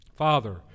Father